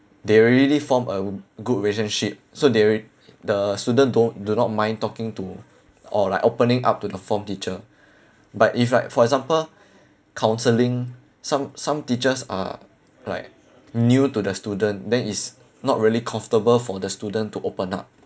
they already form a good relationship so they alread~ the student don't do not mind talking to or like opening up to the form teacher but if like for example counselling some some teachers are like new to the student then it's not really comfortable for the students to open up